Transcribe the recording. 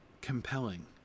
compelling